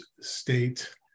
state